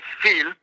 feel